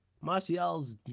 Martial's